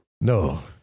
No